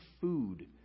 food